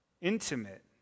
intimate